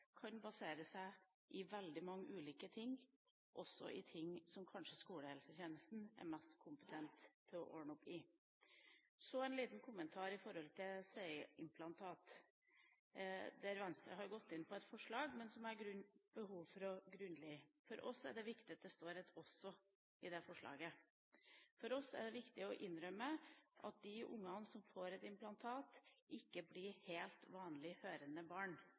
kan være basert i veldig mange ulike ting, også i ting som kanskje skolehelsetjenesten er mest kompetent til å ordne opp i. Så en liten kommentar i forhold til cochlea-implantat, der Venstre er med på et forslag, men jeg har behov for å grunngi det. For oss er det viktig at det står et «også» i det forslaget. For oss er det viktig å innrømme at de ungene som får et implantat, ikke blir helt vanlig hørende barn.